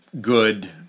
good